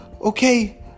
Okay